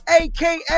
aka